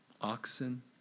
oxen